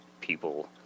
people